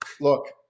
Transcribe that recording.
Look